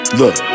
Look